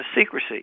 secrecy